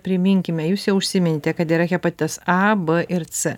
priminkime jūs jau užsiminėte kad yra hepatitas a b ir c